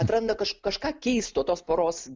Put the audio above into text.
atranda kažką kažką keisto tos poros